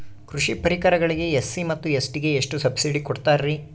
ಕೃಷಿ ಪರಿಕರಗಳಿಗೆ ಎಸ್.ಸಿ ಮತ್ತು ಎಸ್.ಟಿ ಗೆ ಎಷ್ಟು ಸಬ್ಸಿಡಿ ಕೊಡುತ್ತಾರ್ರಿ?